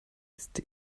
ist